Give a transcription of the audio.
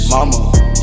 Mama